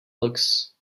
looks